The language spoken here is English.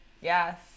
Yes